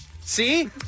See